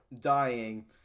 dying